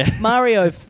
Mario